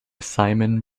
simon